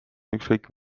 ükskõik